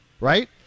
right